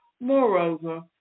Moreover